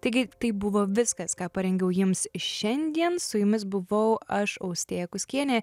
taigi tai buvo viskas ką parengiau jums šiandien su jumis buvau aš austėja kuskienė